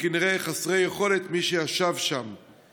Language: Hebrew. וכנראה מי שישבו שם חסרי יכולת.